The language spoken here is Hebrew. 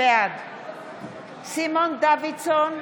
בעד סימון דוידסון,